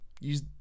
use